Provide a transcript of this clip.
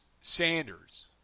Sanders